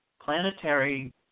planetary